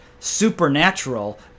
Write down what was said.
supernatural